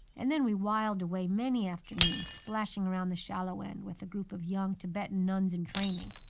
and then we whiled away many afternoons splashing around the shallow end with a group of young tibetan nuns in training.